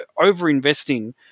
over-investing